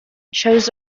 chose